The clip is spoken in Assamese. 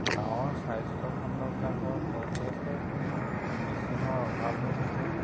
গাঁৱৰ স্বাস্থ্যখণ্ডবিলাকত যথেষ্টখিনি মেচিনৰ অভাৱ হৈ থাকে